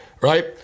right